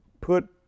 put